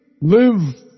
live